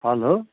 hello